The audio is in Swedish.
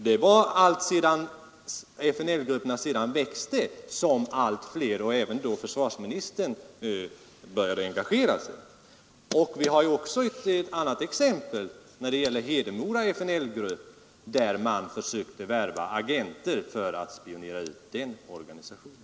Det var först då FNL-grupperna växte och blev starkare som allt fler, även försvarsministern, började engagera sig. Vi har ett annat exempel, nämligen FNL-gruppen i Hedemora, där man försökte värva agenter för att spionera ut den organisationen.